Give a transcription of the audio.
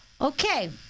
Okay